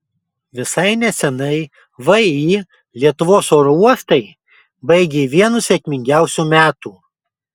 visai neseniai vį lietuvos oro uostai baigė vienus sėkmingiausių metų